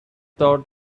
thought